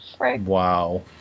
Wow